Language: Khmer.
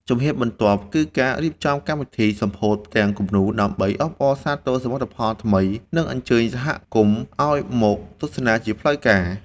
ជំហានបន្ទាប់ គឺការរៀបចំកម្មវិធីសម្ពោធផ្ទាំងគំនូរ ដើម្បីអបអរសាទរសមិទ្ធផលថ្មី និងអញ្ជើញសហគមន៍ឱ្យមកទស្សនាជាផ្លូវការ។